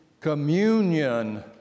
communion